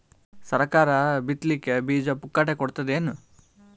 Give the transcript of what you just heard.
ಸರಕಾರ ಬಿತ್ ಲಿಕ್ಕೆ ಬೀಜ ಪುಕ್ಕಟೆ ಕೊಡತದೇನು?